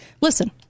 Listen